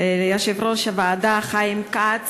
ליושב-ראש הוועדה חיים כץ,